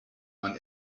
man